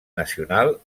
nacional